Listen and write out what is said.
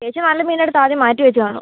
ചേച്ചി നല്ല മീനെടുത്താദ്യം മാറ്റി വച്ചു കാണും